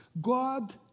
God